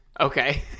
Okay